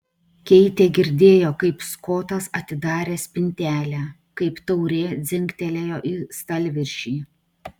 keitė girdėjo kaip skotas atidarė spintelę kaip taurė dzingtelėjo į stalviršį